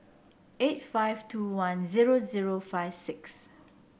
eight five two one zero zero five six